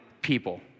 people